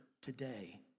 today